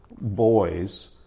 boys